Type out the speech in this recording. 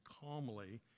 calmly